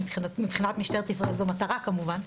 שמבחינת משטרת ישראל זאת מטרה כמובן,